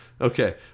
Okay